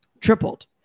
tripled